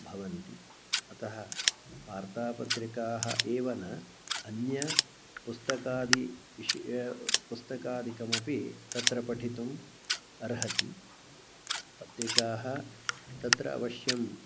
भवन्ति अतः वार्तापत्रिकाः एव न अन्य पुस्तकादिविषयाः पुस्तकादिकमपि तत्र पठितुम् अर्हति पत्रिकाः तत्र अवश्यं